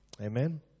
Amen